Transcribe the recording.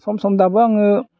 सम सम दाबो आङो